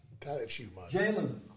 Jalen